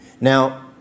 Now